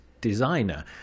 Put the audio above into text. designer